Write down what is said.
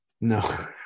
No